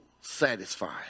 satisfied